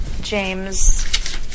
James